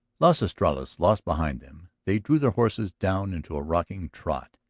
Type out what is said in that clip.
las estrellas lost behind them, they drew their horses down into a rocking trot,